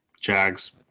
Jags